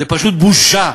זה פשוט בושה.